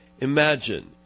Imagine